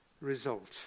result